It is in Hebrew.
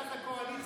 אתה היית